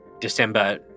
December